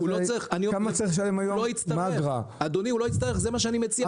לא יצטרך, זה מה שאני מציע.